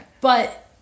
But-